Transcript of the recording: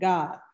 God